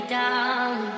down